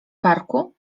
parku